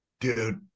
dude